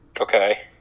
Okay